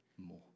more